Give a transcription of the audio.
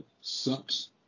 sucks